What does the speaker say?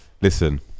Listen